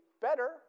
better